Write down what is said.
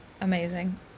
Amazing